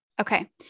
Okay